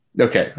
Okay